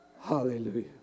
Hallelujah